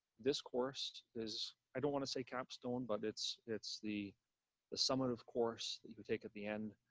this course is i don't want to say capstone, but it's it's the the summit, of course that you take at the end,